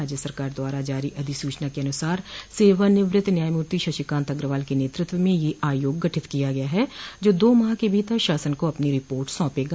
राज्य सरकार द्वारा जारी अधिसूचना के अनुसार सेवानिवृत्त न्यायमूर्ति शशिकान्त अग्रवाल के नेतृत्व में यह आयोग गठित किया गया है जो दो माह के भीतर शासन को अपनी रिपोर्ट सौंपेगा